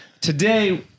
today